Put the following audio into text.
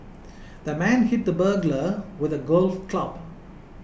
the man hit the burglar with a golf club